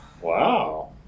Wow